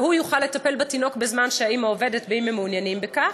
והוא יוכל לטפל בתינוק בזמן שהאימא עובדת אם הם מעוניינים בכך.